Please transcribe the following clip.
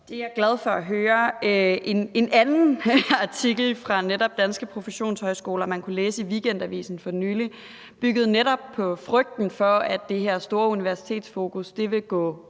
Det er jeg glad for at høre. En anden artikel med netop Danske Professionshøjskoler, man kunne læse i Weekendavisen for nylig, byggede netop på frygten for, at det her store universitetsfokus vil gå